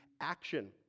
action